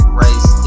race